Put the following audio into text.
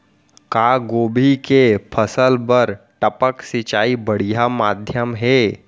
का गोभी के फसल बर टपक सिंचाई बढ़िया माधयम हे?